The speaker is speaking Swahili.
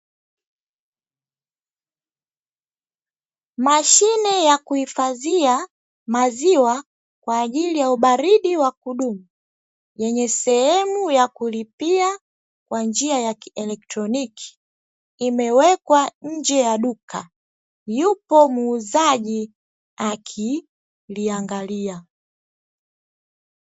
Mashine ya kuhifadhia maziwa kwa ajili ya ubaridi wa kudumu, yenye sehemu ya kulipia kwa njia ya kielektroniki, imewekwa nje ya duka yupo muuzaji akiliangalia.